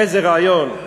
איזה רעיון,